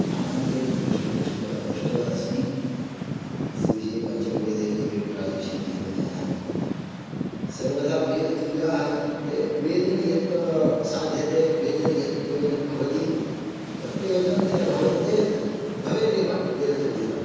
सामान्यतो दृष्टवान् अस्मि तस्य विषये पञ्चमवेद इति अभिप्रायविषये नैव जानामि सर्वदा वेदतुल्यः इत्युक्ते वेदेन यत् साध्यते वेदेन यत् प्रयोजनं भवति तत् प्रयोजनं तेन भवति चेत् भवेदेव वेदतुल्यता